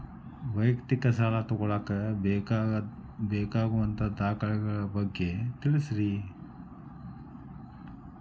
ವೈಯಕ್ತಿಕ ಸಾಲ ತಗೋಳಾಕ ಬೇಕಾಗುವಂಥ ದಾಖಲೆಗಳ ಬಗ್ಗೆ ತಿಳಸ್ರಿ